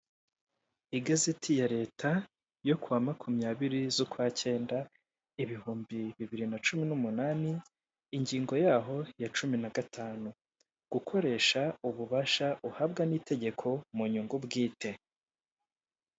Igazeti ya leta yo ku wa makumyabiri z'ukwa cyenda ibihumbi bibiri na cumi n'umunani ingingo yaho ya cumi na gatanu gukoresha ububasha uhabwa n'itegeko mu nyungu bwite.